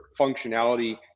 functionality